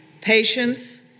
patience